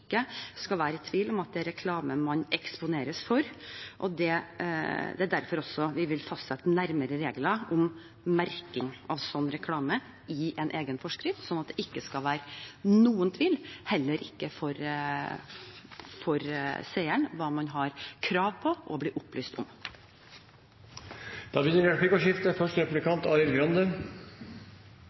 skal være i tvil om at det er reklame man eksponeres for. Det er også derfor vi vil fastsette nærmere regler om merking av slik reklame i en egen forskrift, slik at det ikke skal være noen tvil – heller ikke for seeren – om hva man har krav på å bli opplyst om. Det blir replikkordskifte.